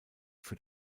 für